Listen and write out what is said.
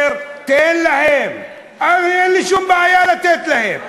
אני אומר, תן להם, הרי אין לי שום בעיה לתת להם.